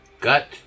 Gut